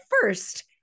first